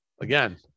Again